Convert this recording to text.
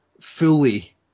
fully